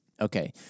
okay